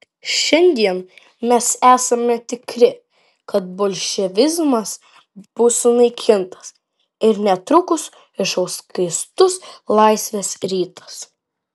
šiandien mes esame tikri kad bolševizmas bus sunaikintas ir netrukus išauš skaistus laisvės rytas